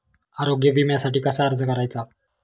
आरोग्य विम्यासाठी कसा अर्ज करायचा?